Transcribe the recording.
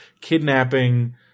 kidnapping